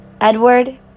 Edward